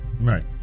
Right